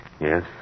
Yes